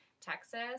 Texas